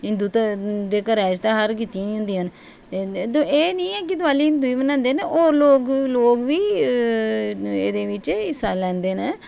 हिंदू धर्म दे ते हर घर च कीतियां होंदियां न ते एह् निं ऐ की दवाली हिदूं ई मनांदे न होर लोग बी एह्दे बिच हिस्से लेदे न